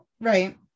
Right